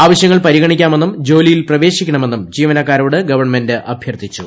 ആവശ്യങ്ങൾ പരിഗണിക്കാമെന്നും ജോലിയിൽ പ്രവേശി ക്കണമെന്നും ജീവനക്കാരോട് ഗവൺമെന്റ് അഭ്യർത്ഥിച്ചു